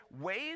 ways